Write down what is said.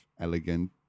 elegant